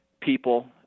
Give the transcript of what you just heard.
people